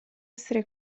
essere